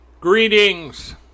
Greetings